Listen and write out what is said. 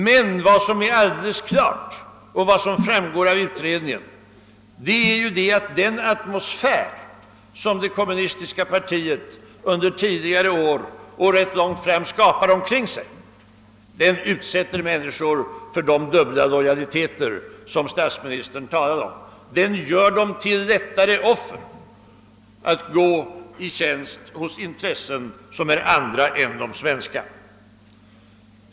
Men vad som är alldeles klart och vad som framgår av utredningen är att den atmosfär, som det kommunistiska partiet under tidigare år och långt framåt i tiden skapat omkring sig, utsätter människor för den konflikt mellan dubbla lojaliteter som statsministern talade om. Den gör dem lättare till offer när det gäller att gå i tjänst hos andra intressen än de svenska.